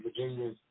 Virginia